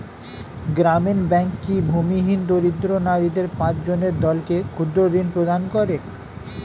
গ্রামীণ ব্যাংক কি ভূমিহীন দরিদ্র নারীদের পাঁচজনের দলকে ক্ষুদ্রঋণ প্রদান করে?